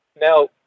Now